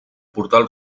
portal